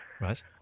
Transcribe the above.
Right